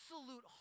absolute